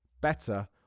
better